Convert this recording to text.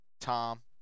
Tom